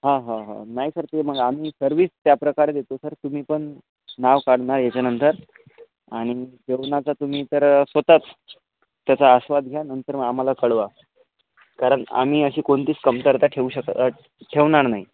हो हो हो नाही सर ते मग आम्ही सर्व्हिस त्याप्रकारे देतो सर तुम्ही पण नाव काढणार याच्यानंतर आणि जेवणाचं तुम्ही तर स्वतःच त्याचा आस्वाद घ्या नंतर आम्हाला कळवा कारण आम्ही अशी कोणतीच कमतरता ठेवू शकत ठेवणार नाही